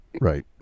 Right